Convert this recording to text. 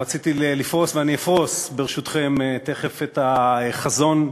רציתי לפרוס, ואפרוס, ברשותכם, תכף, את החזון,